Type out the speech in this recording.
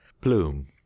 bloom